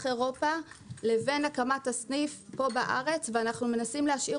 אירופה לבין הקמת הסניף פה בארץ ואנחנו מנסים להשאיר